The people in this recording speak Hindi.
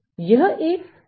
यह एक फ्रेंच पुस्तक है